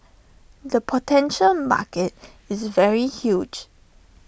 the potential market is very huge